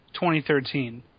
2013